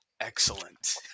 Excellent